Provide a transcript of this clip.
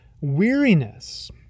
weariness